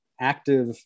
active